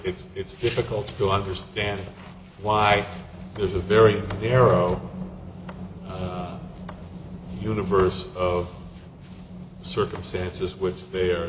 it's it's difficult to understand why there's a very narrow universe of circumstances which they